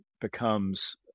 becomes